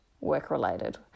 work-related